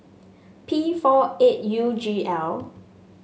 P four eight U G L